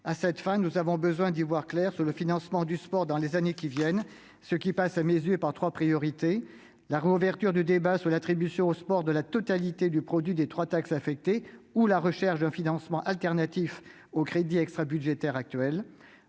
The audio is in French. À cette fin, nous avons besoin d'y voir clair sur le financement du sport dans les années à venir, ce qui passe, selon moi, par trois priorités : la réouverture du débat sur l'attribution au sport de la totalité du produit des trois taxes affectées ou la recherche d'un financement alternatif aux crédits extrabudgétaires actuels